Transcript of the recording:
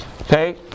Okay